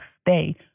stay